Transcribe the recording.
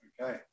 Okay